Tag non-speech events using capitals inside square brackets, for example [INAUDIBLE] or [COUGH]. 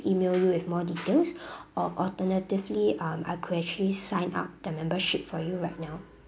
email you with more details [BREATH] or alternatively um I could actually sign up the membership for you right now